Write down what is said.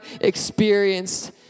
experienced